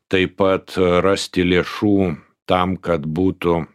taip pat rasti lėšų tam kad būtų